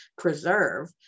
preserve